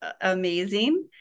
Amazing